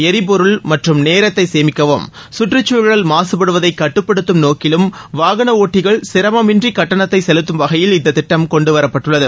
எரிபொருள் மற்றம் நேரத்தை சேமிக்கவும் கற்றுச்சூழல் மாசுபடுவதை கட்டுப்படுத்தும் நோக்கிலும் வாகன ஒட்டிகள் சிரமமின்றி கட்டணத்தை செலுத்தும் வகையில் இந்தத் திட்டம் கொண்டுவரப்பட்டுள்ளது